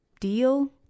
deal